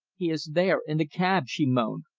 he is there in the cab, she moaned.